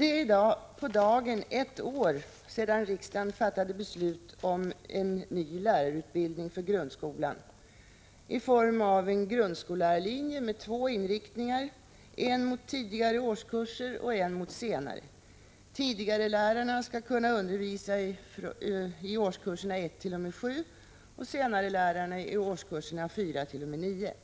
är i dag på dagen ett år sedan riksdagen fattade beslut om en ny lärarutbildning för grundskolan i form av en grundskollärarlinje med två inriktningar, en mot tidigare årskurser och en mot senare. Tidigarelärarna skall kunna undervisa i årskurserna 1t.o.m. 7, senarelärarna i årskurserna4t.o.m. 9.